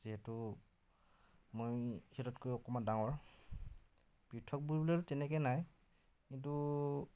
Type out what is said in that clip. যিহেতু মই সিহঁততকৈ অকণমান ডাঙৰ পৃথক বুলিবলৈতো আৰু তেনেকৈ নাই কিন্তু